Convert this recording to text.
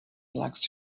flask